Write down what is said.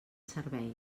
servei